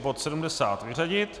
Bod 70 vyřadit.